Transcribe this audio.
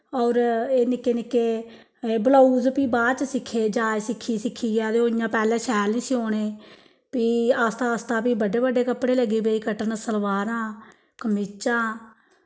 और एह् निक्के निक्के बलाऊज फ्ही बाद च सिक्खे जाच सिक्खी सिक्खियै ते पैह्लैं ओह् शैल नी सनोने फ्ही आस्ता आस्ता बड्डे बड्डे कपड़े लगी पेई कट्टना सलवारां कमीचां